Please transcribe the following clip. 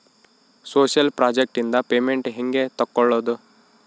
Social project ನಿಂದ payment ಹೆಂಗೆ ತಕ್ಕೊಳ್ಳದು?